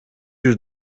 yüz